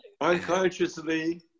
unconsciously